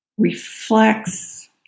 reflects